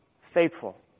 faithful